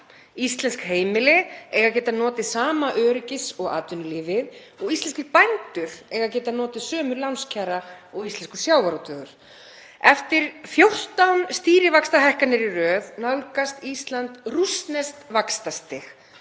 Íslensk heimili eiga að geta notið sama öryggis og atvinnulífið og íslenskir bændur eiga að geta notið sömu lánskjara og íslenskur sjávarútvegur. Eftir 14 stýrivaxtahækkanir í röð nálgast Ísland rússneskt vaxtastig.